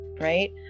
Right